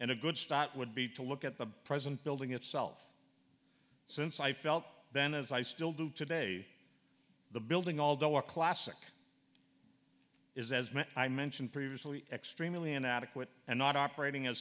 and a good start would be to look at the present building itself since i felt then as i still do today the building although our classic is as i mentioned previously extremely inadequate and not operating a